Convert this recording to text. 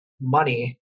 money